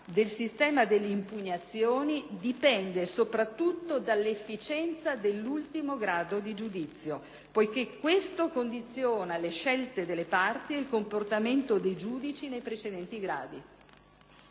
del sistema delle impugnazioni dipende soprattutto dall'efficienza dell'ultimo grado di giudizio, poiché questo condiziona le scelte delle parti e il comportamento dei giudici nei precedenti gradi.